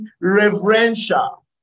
reverential